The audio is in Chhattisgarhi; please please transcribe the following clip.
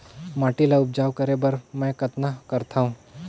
माटी ल उपजाऊ करे बर मै कतना करथव?